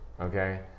okay